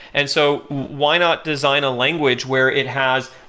and so why not design a language where it has,